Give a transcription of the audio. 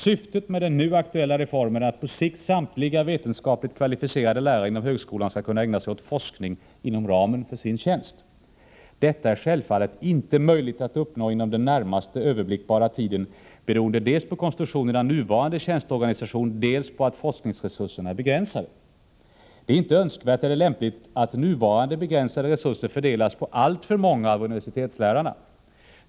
Syftet med den nu aktuella reformen är att på sikt samtliga vetenskapligt kvalificerade lärare inom högskolan skall kunna ägna sig åt forskning inom ramen för sin tjänst. Detta är självfallet inte möjligt att uppnå inom den närmaste överblickbara tiden, beroende dels på konstruktionen av nuvarande tjänsteorganisation, dels på att forskningsresurserna är begränsade. Det är inte önskvärt eller lämpligt att nuvarande begränsade resurser fördelas på alltför många av universitetslärarna.